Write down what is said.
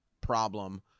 problem